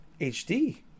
HD